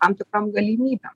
tam tikrom galimybėm